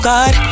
God